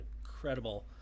incredible